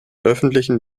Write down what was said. öffentlichen